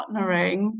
partnering